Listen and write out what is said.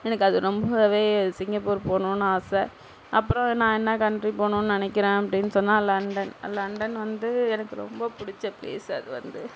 எனக்கு அது ரொம்பவே அது சிங்கப்பூர் போகணும்னு ஆசை அப்புறம் நான் என்ன கண்ட்ரி போகணும்னு நினக்கிறேன் அப்படின்னு சொன்னால் லண்டன் லண்டன் வந்து எனக்கு ரொம்ப பிடித்த பிளேஸ் அது வந்து